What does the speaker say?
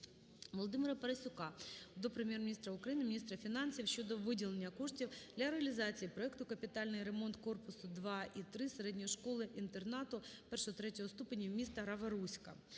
Володимира Парасюка до Прем'єр-міністра України, Міністра фінансів щодо виділення коштів для реалізації проекту "Капітальний ремонт корпусу 2 і 3 середньої школи інтернат І-ІІІ ступенів міста Рава-Руська".